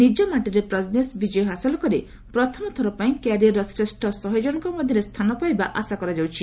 ନିଜ ମାଟିରେ ପ୍ରଜ୍ନେଶ୍ ବିଜୟ ହାସଲ କରି ପ୍ରଥମ ଥର ପାଇଁ କ୍ୟାରିଅରର ଶ୍ରେଷ୍ଠ ଶହେ ଜଣଙ୍କ ମଧ୍ୟରେ ସ୍ଥାନ ପାଇବା ଆଶା କରାଯାଉଛି